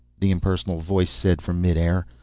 the impersonal voice said from midair.